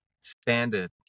standard